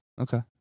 Okay